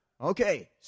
Okay